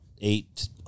eight